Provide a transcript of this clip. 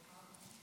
ברוכים הבאים,